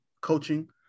coaching